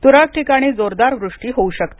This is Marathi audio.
तुरळक ठिकाणी जोरदार वृष्टी होऊ शकते